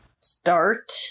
start